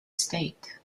state